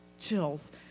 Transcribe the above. chills